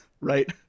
right